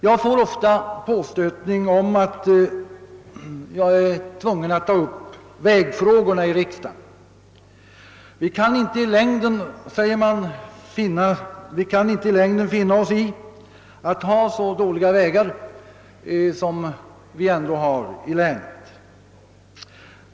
Jag får ofta påstötningar om att jag måste ta upp länets vägfrågor här i riksdagen. Vi kan inte i längden finna oss i att ha så dåliga vägar i länet, säger man.